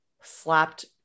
slapped